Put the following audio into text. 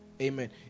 amen